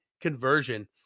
conversion